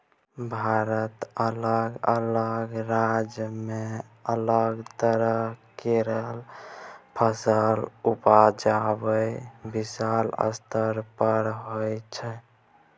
भारतक अलग अलग राज्य में अलग तरह केर फसलक उपजा विशाल स्तर पर होइ छै